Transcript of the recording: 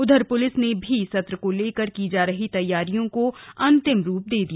उधर पुलिस ने भी सत्र को लेकर की जा रही तैयारियों को अन्तिम रूप दिया